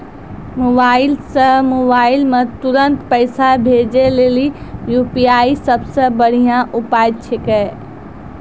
mobile से mobile मे तुरन्त पैसा भेजे लेली यू.पी.आई सबसे बढ़िया उपाय छिकै